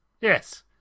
Yes